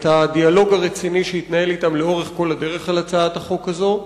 את הדיאלוג הרציני שהתנהל אתם לאורך כל הדרך על הצעת החוק הזאת.